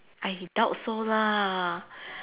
I doubt so lah